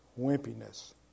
wimpiness